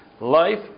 life